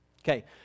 Okay